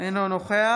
אינו נוכח